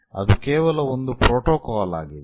ಅದು ಕೇವಲ ಒಂದು ಪ್ರೋಟೋಕಾಲ್ ಆಗಿದೆ